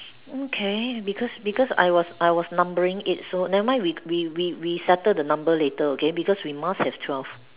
mm okay because because I was I was numbering it so never mind we we we we settle the number later okay because we must have twelve